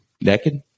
Naked